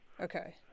okay